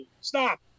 Stop